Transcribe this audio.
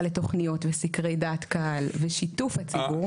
לתכניות וסקרי דעת קהל ושיתוף הציבור.